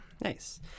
Nice